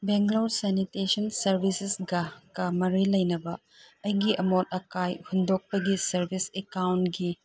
Bangalore sanitation ꯁꯥꯔꯕꯤꯁꯦꯁꯒ ꯃꯔꯤ ꯂꯩꯅꯕ ꯑꯩꯒꯤ ꯑꯃꯣꯠ ꯑꯀꯥꯏ ꯍꯨꯟꯗꯣꯛꯄꯒꯤ ꯁꯥꯔꯕꯤꯁ ꯑꯦꯛꯀꯥꯎꯟꯒꯤ